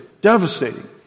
devastating